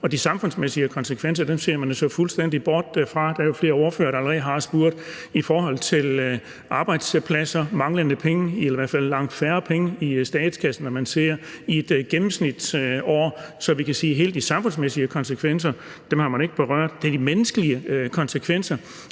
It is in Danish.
og de samfundsmæssige konsekvenser ser man fuldstændig bort fra. Der er flere ordførere, der allerede har spurgt til arbejdspladser, manglende penge, i hvert fald de langt færre penge i statskassen, end man ser i et gennemsnitsår. Så vi kan sige, at alle de samfundsmæssige konsekvenser har man ikke berørt. Det handler også om de menneskelige konsekvenser,